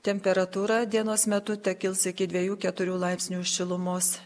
temperatūra dienos metu tekils iki dvejų keturių laipsnių šilumos